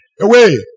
Away